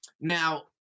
Now